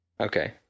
Okay